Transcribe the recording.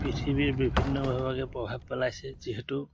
পৃথিৱীৰ বিভিন্নভাৱকে প্ৰভাৱ পেলাইছে যিহেতু